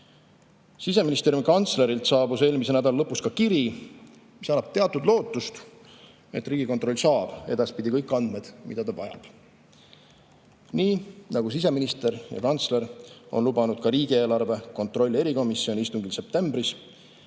Siseministeeriumi kantslerilt saabus eelmise nädala lõpus kiri, mis annab teatud lootust, et Riigikontroll saab edaspidi kõik andmed, mida ta vajab, nii nagu siseminister ja kantsler on lubanud ka riigieelarve kontrolli erikomisjoni istungil septembris,